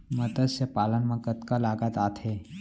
मतस्य पालन मा कतका लागत आथे?